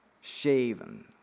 shaven